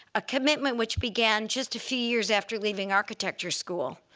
a commitment which began just a few years after leaving architecture school.